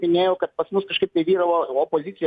minėjau kad pas mus kažkaip tai vyravo opozicijos